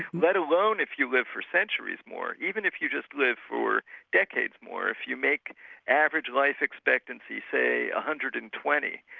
let alone if you live for centuries more. even if you just live for decades more, if you make average life expectancy say one ah hundred and twenty,